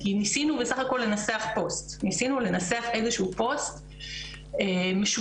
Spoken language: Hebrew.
כי ניסינו בסך הכול לנסח איזשהו פוסט משותף